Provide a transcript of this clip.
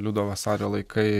liudo vasario laikai